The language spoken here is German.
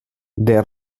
der